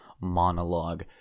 monologue